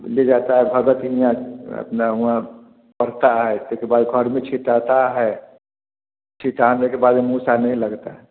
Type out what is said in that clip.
से जाता है भगत के यहाँ अपना वहाँ पड़ता है इसके बाद घर में छिंटाता है छिंटाने के बाद में मूसा नहीं लगता